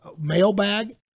mailbag